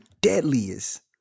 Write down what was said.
deadliest